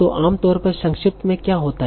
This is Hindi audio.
तो आम तौर पर संक्षिप्त में क्या होता है